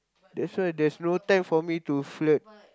that's why there's no time for me to flirt